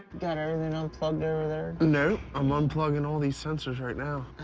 got everything unplugged over there? nope, i'm unplugging all these sensors right now.